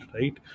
right